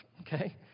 Okay